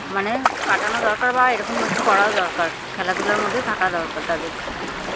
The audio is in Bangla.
মানে কাটানো দরকার বা এরকম একটু করাও দরকার খেলাধুলার মধ্যে থাকা দরকার তাদের